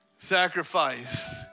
Sacrifice